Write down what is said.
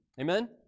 Amen